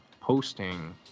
posting